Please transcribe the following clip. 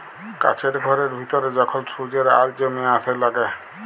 কাছের ঘরের ভিতরে যখল সূর্যের আল জ্যমে ছাসে লাগে